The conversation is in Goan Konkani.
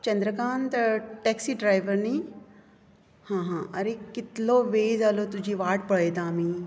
चंद्रकांत टॅक्सी ड्रायव्हर न्ही हां हां आरे कितलो वेळ जालो तुजी वायट पळेता आमी